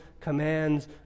commands